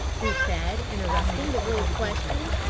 he said, interrupting the girl's question.